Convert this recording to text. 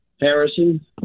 Harrison